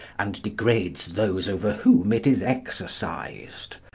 and degrades those over whom it is exercised.